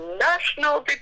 national